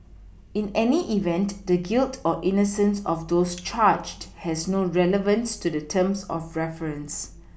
in any event the guilt or innocence of those charged has no relevance to the terms of reference